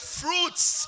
fruits